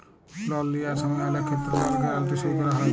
লল লিয়ার সময় অলেক ক্ষেত্রে লল গ্যারাল্টি সই ক্যরা হ্যয়